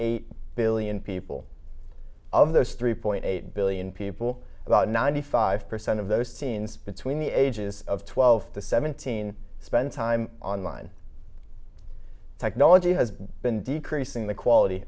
eight billion people of those three point eight billion people about ninety five percent of those scenes between the ages of twelve to seventeen spent time online technology has been decreasing the quality